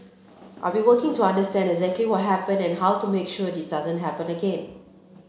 I've been working to understand exactly what happened and how to make sure this doesn't happen again